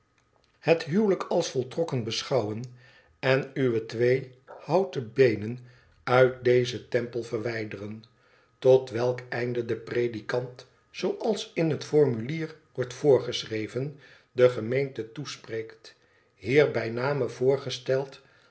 het huwelijk als voltrokken beschouwen en uwe twee houten beenen uit dezen tempel verwijderen tot welk einde de predikant zooals in het formulier wordt voorgeschreven de gemeente toespreekt hier bij name voorgesteld